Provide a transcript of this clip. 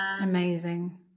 amazing